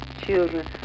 children